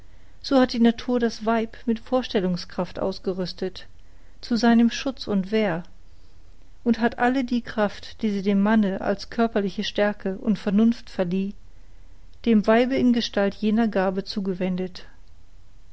so hat die natur das weib mit verstellungskraft ausgerüstet zu seinem schutz und wehr und hat alle die kraft die sie dem manne als körperliche stärke und vernunft verlieh dem weibe in gestalt jener gabe zugewendet